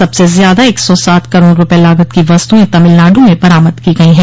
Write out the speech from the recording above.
सबसे ज्यादा एक सौ सात करोड़ रुपये लागत की वस्तुएं तमिलनाड़ु में बरामद की गई हैं